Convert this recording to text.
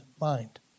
mind